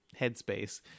headspace